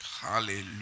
Hallelujah